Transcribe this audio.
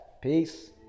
Peace